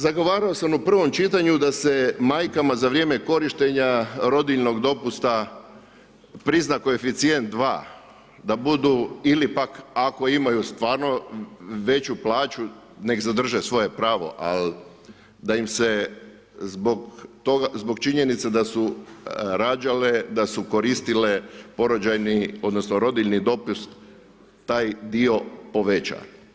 Zagovarao sam u prvom čitanju da se majkama za vrijeme korištenja rodiljnog dopusta prizna koeficijent 2, da budu, ili pak, ako imaju stvarno veću plaću nek zadrže svoje pravo, al da im se zbog činjenice da su rađale, da su koristile porođajni odnosno rodiljni dopust, taj dio poveća.